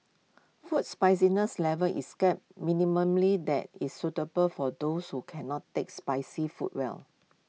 food spiciness level is kept that is suitable for those who cannot take spicy food well